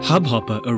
Hubhopper